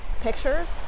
pictures